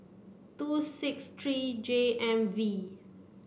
two six three J M V